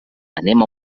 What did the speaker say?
anem